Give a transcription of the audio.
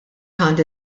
għandi